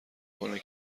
کنه